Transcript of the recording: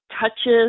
touches